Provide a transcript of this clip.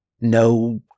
no